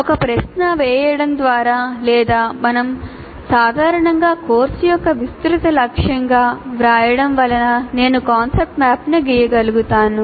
ఒక ప్రశ్న వేయడం ద్వారా లేదా మనం సాధారణంగా కోర్సు యొక్క విస్తృత లక్ష్యంగా వ్రాయడం వలన నేను కాన్సెప్ట్ మ్యాప్ను గీయగలుగుతాను